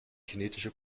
kinetische